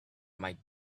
might